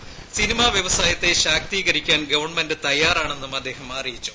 സ്നീനിമാ വ്യവസായത്തെ ശാക്തീകരിക്കാൻ ഗവണ്മെന്റ് തയ്യാറാണെന്നു് ്അദ്ദേഹം അറിയിച്ചു